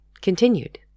continued